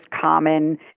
common